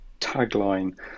tagline